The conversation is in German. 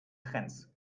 trends